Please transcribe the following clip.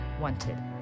Wanted